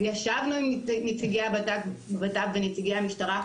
ישבנו עם נציגי המשרד לביטחון הפנים ונציגי המשטרה,